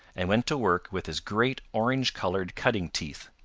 and went to work with his great orange-colored cutting teeth.